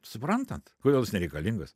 suprantat kodėl jis nereikalingas